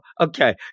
Okay